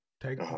Take